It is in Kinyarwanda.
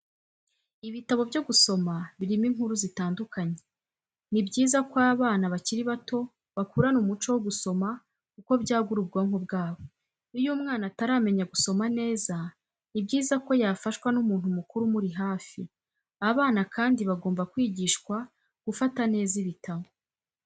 Ibitabo byo gusoma birimo inkuru zitandukanye, ni byiza ko abana bakiri bato bakurana umuco wo gusoma kuko byagura ubwonko bwabo, iyo umwana ataramenya gusoma neza, ni byiza ko yafashwa n'umuntu mukuru umuri hafi, abana kandi bagomba kwigishwa gufata neza ibitabo.